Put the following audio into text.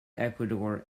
ecuador